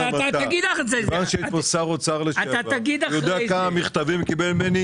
יודע כמה מכתבים שר האוצר לשעבר קיבל ממני